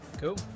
Cool